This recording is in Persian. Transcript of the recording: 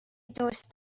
دوست